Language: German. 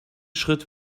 schritt